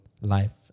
life